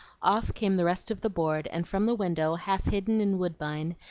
off came the rest of the board, and from the window, half hidden in woodbine,